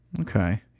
okay